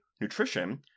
nutrition